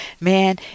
Man